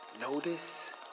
Notice